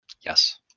Yes